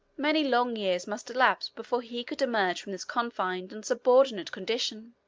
many long years must elapse before he could emerge from this confined and subordinate condition.